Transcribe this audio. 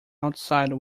outside